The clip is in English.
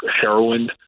heroin